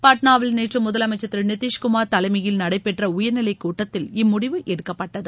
பட்னாவில் நேற்று முதலமைச்சா் திரு நிதிஷ்குமார் தலைமையில் நடைபெற்ற உயர்நிலைக் கூட்டத்தில் இம்முடிவு எடுக்கப்பட்டது